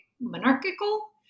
monarchical